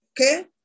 okay